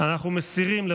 אני מורידה את ההפחתה.